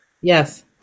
Yes